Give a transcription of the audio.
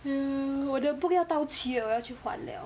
mm 我的 book 要到期了我要去换 liao